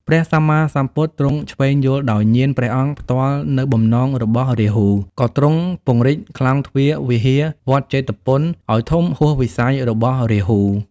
ព្រះសម្មាសម្ពុទ្ធ ទ្រង់ឈ្វេងយល់ដោយញាណព្រះអង្គផ្ទាល់នូវបំណងរបស់រាហូ ក៏ទ្រង់ពង្រីកខ្លោងទ្វារវិហារវត្តជេតពន ឱ្យធំហួសវិស័យរបស់រាហូ។